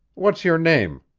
what's your name?